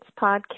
podcast